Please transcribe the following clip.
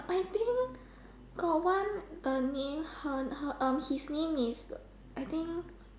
I think got one the name her her um his name is I think